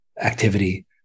activity